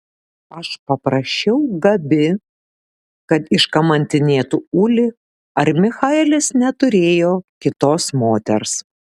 aš paprašiau gabi kad iškamantinėtų ulį ar michaelis neturėjo kitos moters